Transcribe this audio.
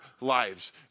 lives